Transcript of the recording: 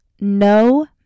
No